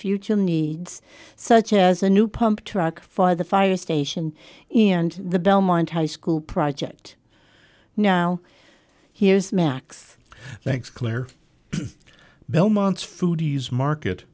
future needs such as a new pump truck for the fire station and the belmont high school project now he has max thanks claire belmont's foods market